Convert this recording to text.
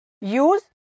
Use